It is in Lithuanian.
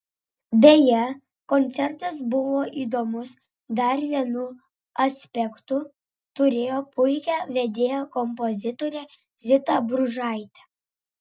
beje koncertas buvo įdomus dar vienu aspektu turėjo puikią vedėją kompozitorę zitą bružaitę